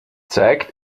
zeigt